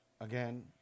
again